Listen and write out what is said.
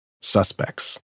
suspects